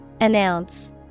Announce